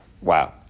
Wow